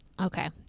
Okay